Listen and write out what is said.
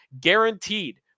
guaranteed